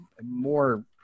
more